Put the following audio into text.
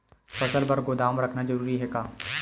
फसल बर गोदाम रखना जरूरी हे का?